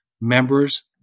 members